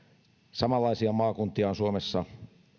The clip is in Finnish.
samanlaisia maakuntia on suomessa